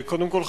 קודם כול,